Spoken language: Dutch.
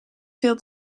veel